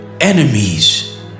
enemies